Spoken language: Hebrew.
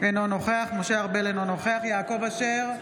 אינו נוכח משה ארבל, אינו נוכח יעקב אשר,